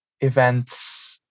events